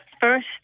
first